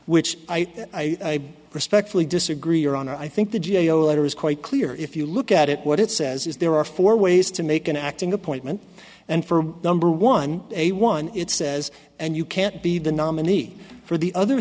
which i respectfully disagree your honor i think the g a o letter is quite clear if you look at it what it says is there are four ways to make an acting appointment and for number one a one it says and you can't be the nominee for the other